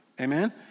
Amen